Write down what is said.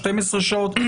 12 שעות?